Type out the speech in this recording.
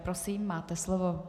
Prosím, máte slovo.